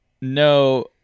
No